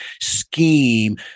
scheme